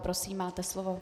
Prosím, máte slovo.